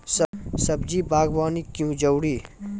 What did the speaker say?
सब्जी बागवानी क्यो जरूरी?